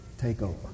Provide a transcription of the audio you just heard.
takeover